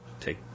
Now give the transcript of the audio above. take